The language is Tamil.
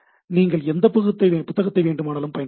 நீங்கள் எந்த புத்தகத்தை வேண்டுமானாலும் பயன்படுத்தலாம்